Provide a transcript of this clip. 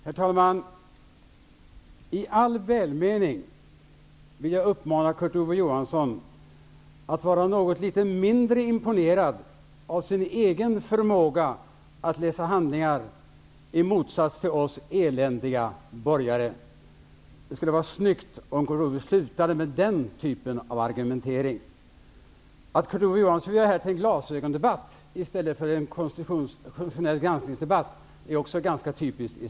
Herr talman! I all välmening vill jag uppmana Kurt Ove Johansson att vara något litet mindre imponerad av sin egen förmåga att läsa handlingar, i motsats till oss eländiga borgare. Det skulle vara snyggt om Kurt Ove Johansson slutade med den sortens argumentering. Att han vill göra det här till en glasögondebatt i stället för en konstitutionell granskningsdebatt är också ganska typiskt.